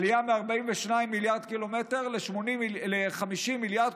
עלייה מ-42 מיליארד קילומטר ל-50 מיליארד,